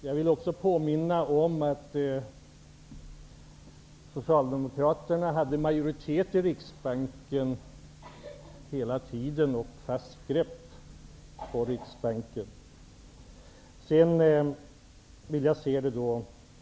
Jag vill också påminna om att Socialdemokraterna hela tiden hade majoritet i Riksbanken och ett fast grepp om den.